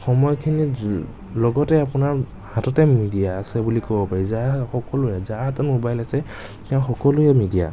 সময়খিনি লগতে আপোনাৰ হাততে মিডিয়া আছে বুলি ক'ব পাৰি যাৰ সকলোৱে যাৰ হাতত মোবাইল আছে তেওঁ সকলোৱে মেডিয়া